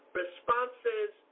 responses